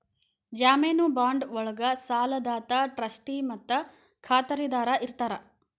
ಜಾಮೇನು ಬಾಂಡ್ ಒಳ್ಗ ಸಾಲದಾತ ಟ್ರಸ್ಟಿ ಮತ್ತ ಖಾತರಿದಾರ ಇರ್ತಾರ